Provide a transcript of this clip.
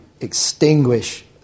extinguish